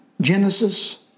Genesis